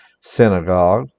synagogue